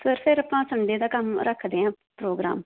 sir ਫਿਰ ਆਪਾਂ Sunday ਦਾ ਕੰਮ ਰੱਖਦੇ ਹਾਂ ਪ੍ਰੋਗਰਾਮ